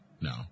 no